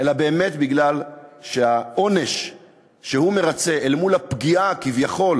אלא באמת משום שהעונש שהוא מרצה אל מול הפגיעה כביכול